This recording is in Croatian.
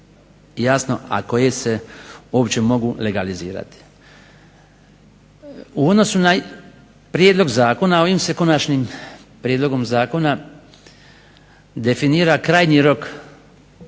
jasno a koje se uopće mogu legalizirati. U odnosu na prijedlog zakona ovim se konačnim prijedlogom zakona definira krajnji rok